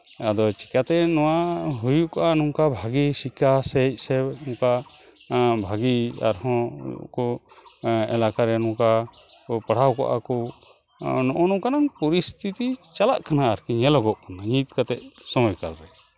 ᱟᱫᱚ ᱪᱮᱠᱟᱛᱮ ᱱᱚᱣᱟ ᱦᱩᱭᱩᱜᱚᱜᱼᱟ ᱱᱚᱝᱠᱟ ᱵᱷᱟᱹᱜᱤ ᱥᱤᱠᱠᱷᱟ ᱥᱮᱡ ᱥᱮ ᱚᱝᱠᱟ ᱵᱷᱟᱹᱜᱤ ᱟᱨᱦᱚᱸ ᱠᱚ ᱮᱞᱟᱠᱟ ᱨᱮ ᱱᱚᱝᱠᱟ ᱠᱚ ᱯᱟᱲᱦᱟᱣ ᱠᱚᱜᱼᱟ ᱠᱚ ᱱᱚᱜᱼᱚ ᱱᱚᱝᱠᱟᱱᱟᱝ ᱯᱚᱨᱤᱥᱛᱷᱤᱛᱤ ᱪᱟᱞᱟᱜ ᱠᱟᱱᱟ ᱟᱨᱠᱤ ᱧᱮᱞᱚᱜᱚᱜ ᱠᱟᱱᱟ ᱱᱤᱛ ᱠᱟᱛᱮᱫ ᱥᱚᱢᱚᱭ ᱠᱟᱞ ᱨᱮ